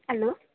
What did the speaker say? hello